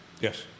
Yes